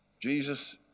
Jesus